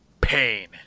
pain